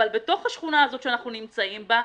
אבל בתוך השכונה הזאת שאנחנו נמצאים בה,